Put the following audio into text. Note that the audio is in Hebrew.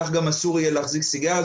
כך גם אסור יהיה להחזיק סיגריה.